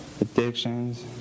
addictions